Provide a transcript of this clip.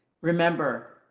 Remember